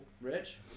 Rich